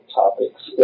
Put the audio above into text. topics